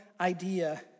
idea